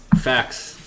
Facts